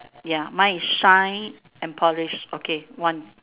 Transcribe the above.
ya mine is shine and polish